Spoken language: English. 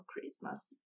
Christmas